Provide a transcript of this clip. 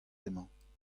emañ